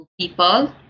people